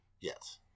yes